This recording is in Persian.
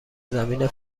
زمین